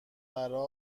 برا